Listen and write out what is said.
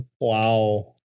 Wow